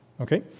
Okay